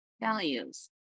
values